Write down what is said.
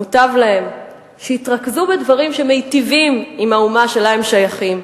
מוטב להם שיתרכזו בדברים שמיטיבים עם האומה שלה הם שייכים.